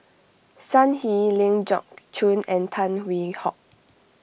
Sun Yee Ling Geok Choon and Tan Hwee Hock